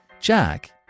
Jack